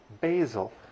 basil